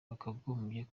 bakagombye